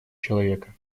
человека